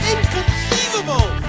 Inconceivable